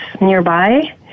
nearby